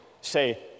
say